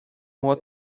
more